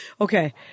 Okay